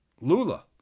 Lula